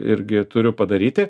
irgi turiu padaryti